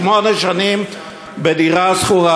שמונה שנים בדירה שכורה.